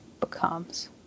becomes